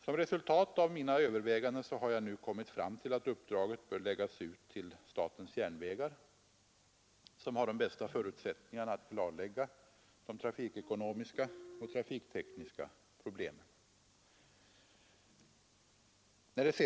Som resultat av mina överväganden har jag nu kommit fram till att uppdraget bör läggas ut till statens järnvägar, som har de bästa förutsättningarna att klarlägga de trafikekonomiska och trafiktekniska problemen.